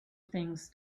things